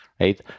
right